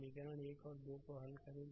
समीकरण 1 और 2 को हल करें